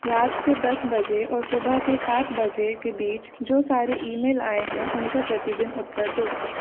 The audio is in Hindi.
रात को दस बजे और सुबह के सात बजे के बीच में जो सारे ईमेल आए हैं उनका प्रतिदिन उत्तर दो